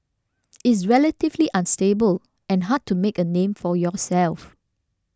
it's relatively unstable and hard to make a name for yourself